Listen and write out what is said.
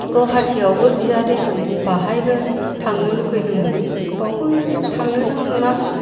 गुवाहाटियावबो बियादै दं बाहायबो थांनो लुबैदोंमोन बावबो थांनोनो मोनासै